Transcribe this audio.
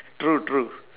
true true